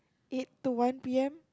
eight to one P_M